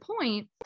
point